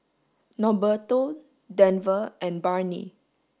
Norberto Denver and Barnie